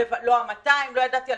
ולא ידעתי על